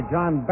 John